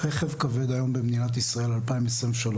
רכב כבד היום במדינת ישראל 2023,